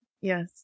Yes